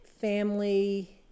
family